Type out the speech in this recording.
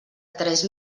tres